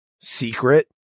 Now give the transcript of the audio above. secret